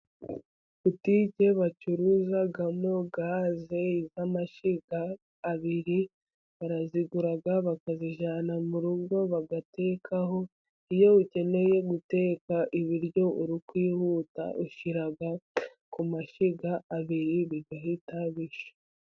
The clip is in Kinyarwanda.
Butike bacuruzamo gaze z'amashiga abiri, barazigura bakazijyana mu rugo bagatekaho, iyo ukeneye guteka ibiryo uri kwihuta ushyira ku mashyiga abiri bigahita bishya.